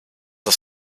ist